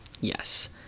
yes